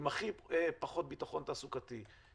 עם הכי פחות ביטחון תעסוקתי,